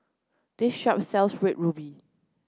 this shop sells red ruby